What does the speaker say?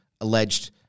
alleged